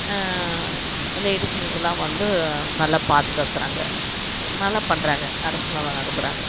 லேடீஸுங்களுக்கெலாம் வந்து நல்லா பாதுகாக்கறாங்க நல்லாப் பண்ணுறாங்க அரசு நல்லா நடத்துறாங்க